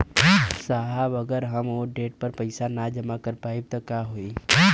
साहब अगर हम ओ देट पर पैसाना जमा कर पाइब त का होइ?